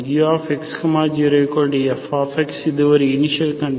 ux0fx இது initial condition